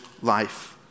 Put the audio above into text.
life